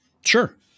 Sure